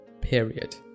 period